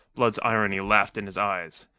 blood's irony laughed in his eyes.